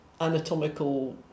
anatomical